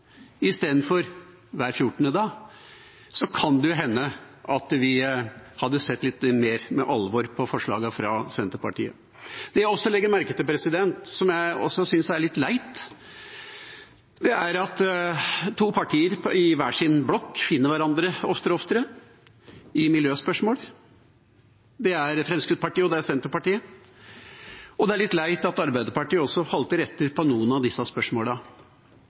istedenfor hver fjortende dag, så kan det jo hende at vi hadde sett litt mer med alvor på forslagene fra Senterpartiet. Det jeg også legger merke til, som jeg også syns er litt leit, er at to partier i hver sin blokk finner hverandre oftere og oftere i miljøspørsmål. Det er Fremskrittspartiet og Senterpartiet. Og det er litt leit at Arbeiderpartiet også halter etter i noen av disse